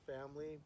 family